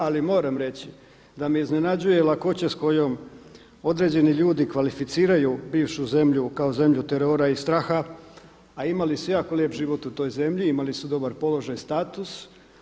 Ali moram reći da me iznenađuje lakoća s kojom određeni ljudi kvalificiraju bivšu zemlju kao zemlju terora i straha a imali su jako lijep život u toj zemlji, imali su dobar položaj, status.